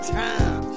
time